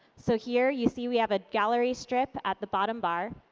so here, you see we have a gallery strip at the bottom bar.